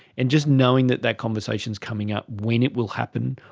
and just knowing that that conversation is coming up, when it will happen,